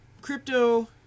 crypto